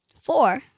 four